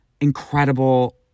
incredible